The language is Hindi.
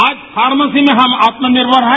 आज फार्मेसी में हम आत्मनिर्मर हैं